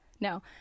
No